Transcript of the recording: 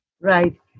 Right